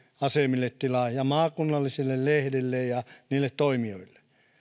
asemille tilaa ja maakunnallisille lehdille ja niille toimijoille